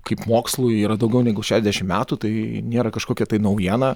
kaip mokslui yra daugiau negu šešiasdešimt metų tai nėra kažkokia tai naujiena